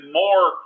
more